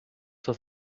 das